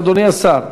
אדוני השר,